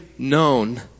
known